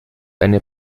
eine